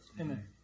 Amen